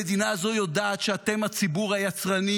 המדינה הזאת יודעת שאתם הציבור היצרני,